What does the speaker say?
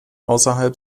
außerhalb